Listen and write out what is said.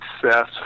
success